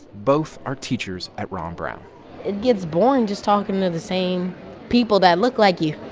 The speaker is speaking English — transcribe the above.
both are teachers at ron brown it gets boring just talking to the same people that look like you,